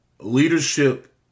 leadership